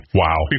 wow